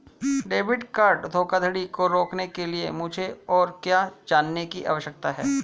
Debit card धोखाधड़ी को रोकने के लिए मुझे और क्या जानने की आवश्यकता है?